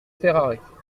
ferrare